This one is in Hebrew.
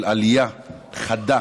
במגמה של עלייה חדה